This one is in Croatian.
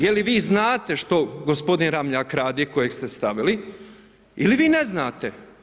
Je li vi znate što gospodin Ramljak radi kojeg ste stavili ili vi ne znate?